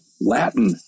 Latin